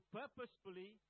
purposefully